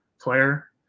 player